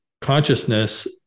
consciousness